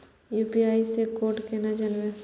UPI से code केना जानवै?